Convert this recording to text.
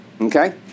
okay